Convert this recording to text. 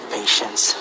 patience